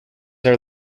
are